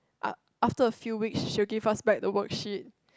a~ after a few weeks she will give us back the worksheet